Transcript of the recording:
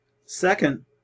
Second